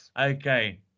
Okay